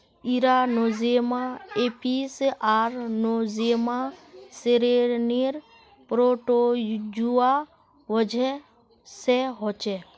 इरा Nosema apis आर Nosema ceranae protozoa वजह से होछे